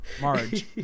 Marge